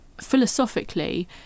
philosophically